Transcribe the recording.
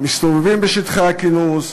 מסתובבים בשטחי הכינוס,